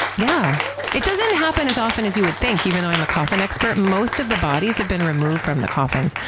yeah it doesn't happen as often as you would think, even though i'm a coffin expert. most of the bodies have been removed from the coffins,